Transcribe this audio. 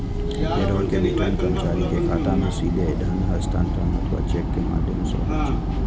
payroll के वितरण कर्मचारी के खाता मे सीधे धन हस्तांतरण अथवा चेक के माध्यम सं होइ छै